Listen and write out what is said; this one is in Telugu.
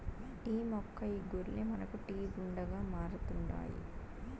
టీ మొక్క ఇగుర్లే మనకు టీ గుండగా మారుతండాయి